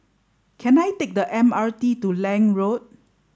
can I take the M R T to Lange Road